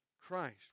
Christ